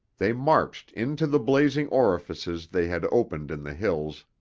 they marched into the blazing orifices they had opened in the hills,